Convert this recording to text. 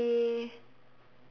for me